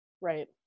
right